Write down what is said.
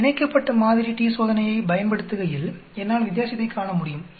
நான் இணைக்கப்பட்ட மாதிரி t சோதனையை பயன்படுத்துகையில் என்னால் வித்தியாசத்தை காண முடியும்